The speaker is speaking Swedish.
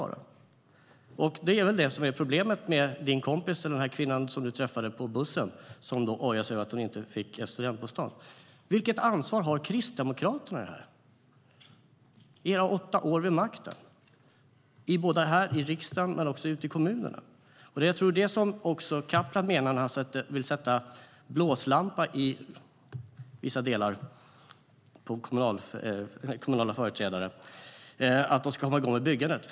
Detta är väl problemet för din kompis, den kvinna som du träffade på bussen, som ojade sig över att hon inte fick en studentbostad. Vilket ansvar har Kristdemokraterna för detta efter åtta vid makten både här i riksdagen och ute i kommunerna? Jag tror att det som Mehmet Kaplan menar när han vill rikta en blåslampa mot vissa kommunala företrädare är att de ska komma igång med byggandet.